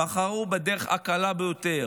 בחרו בדרך הקלה ביותר: